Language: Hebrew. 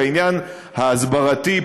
לעניין ההסברתי,